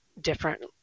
different